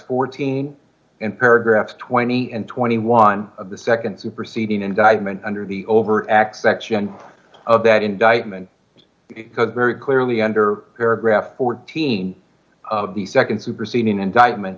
fourteen and paragraph twenty and twenty one of the nd superseding indictment under the overt act section of that indictment because very clearly under paragraph fourteen of the nd superseding indictment